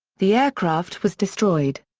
the aircraft was destroyed.